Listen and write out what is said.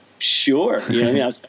Sure